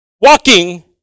walking